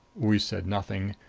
we said nothing.